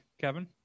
Kevin